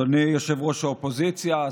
אדוני ראש האופוזיציה,